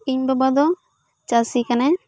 ᱤᱧ ᱵᱟᱵᱟ ᱫᱚ ᱪᱟᱹᱥᱤ ᱠᱟᱱᱟᱭ